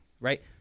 right